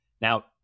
Now